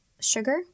sugar